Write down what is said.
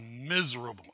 miserable